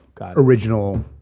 original